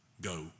Go